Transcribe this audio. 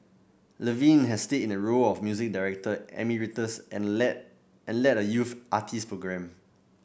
Levine had stayed in the role of music director emeritus and led and led a youth artist program